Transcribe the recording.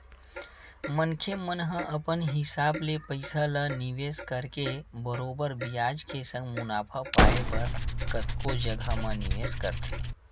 मनखे मन ह अपन हिसाब ले पइसा ल निवेस करके बरोबर बियाज के संग मुनाफा पाय बर कतको जघा म निवेस करथे